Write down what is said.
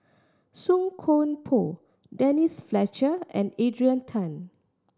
Song Koon Poh Denise Fletcher and Adrian Tan